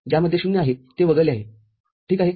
ज्यामध्ये ० आहे ते वगळले आहे ठीक आहे